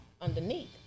underneath